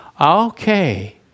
Okay